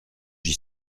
j’y